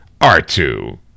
R2